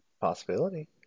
Possibility